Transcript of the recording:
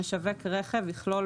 משווק רכב יכלול